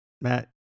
Matt